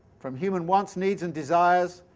from human wants, needs and desires.